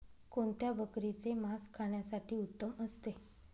कोणत्या बकरीचे मास खाण्यासाठी उत्तम असते?